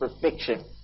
perfection